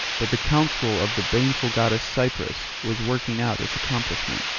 but the counsel of the baneful goddess cypris was working out its accomplishment,